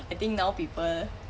I think now people